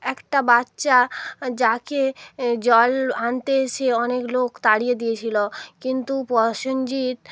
একটা বাচ্চা যাকে জল আনতে সে অনেক লোক তাড়িয়ে দিয়েছিলো কিন্তু প্রসেনজিৎ